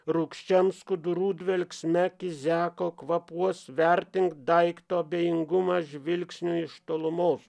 rūgščiam skudurų dvelksme kiziako kvapuos vertink daikto abejingumą žvilgsniui iš tolumos